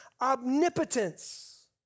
omnipotence